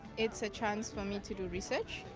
it's a chance for me to do research.